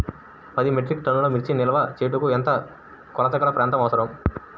పది మెట్రిక్ టన్నుల మిర్చి నిల్వ చేయుటకు ఎంత కోలతగల ప్రాంతం అవసరం?